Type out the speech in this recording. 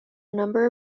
number